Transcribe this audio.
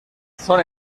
son